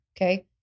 okay